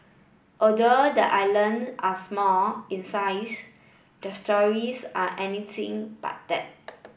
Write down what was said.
although the island are small in size their stories are anything but that